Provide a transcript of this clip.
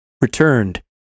returned